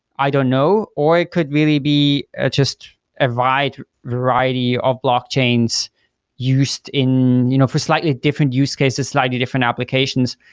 i don't know, know, or it could really be just a wide variety of blockchains used in you know for slightly different use cases, slightly different applications.